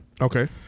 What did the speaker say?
Okay